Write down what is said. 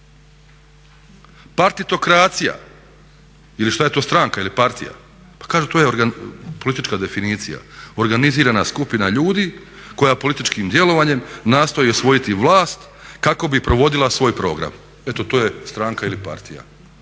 Partitokracija ili šta je to stranka ili partija pa kažu to je politička definicija, organizirana skupina ljudi koja političkim djelovanjem nastoji osvojiti vlast kako bi provodila svoj program. Eto to je stranka ili partija.